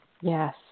Yes